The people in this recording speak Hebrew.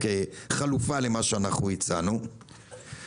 או כחלופה למה שאני הצעתי.